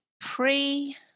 pre